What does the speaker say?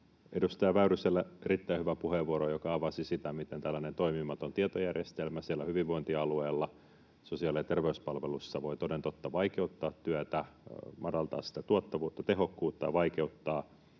edustaja Väyrysellä erittäin hyvä puheenvuoro, joka avasi sitä, miten tällainen toimimaton tietojärjestelmä siellä hyvinvointialueella sosiaali‑ ja terveyspalveluissa voi toden totta vaikeuttaa työtä, madaltaa tuottavuutta ja tehokkuutta ja vaikeuttaa